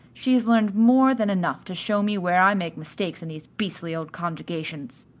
she has learned more than enough to show me where i make mistakes in these beastly old conjugations.